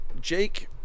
Jake